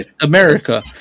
America